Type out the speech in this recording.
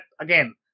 again